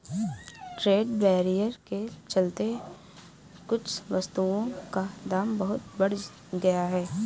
trade barrier के चलते कुछ वस्तुओं का दाम बहुत बढ़ गया है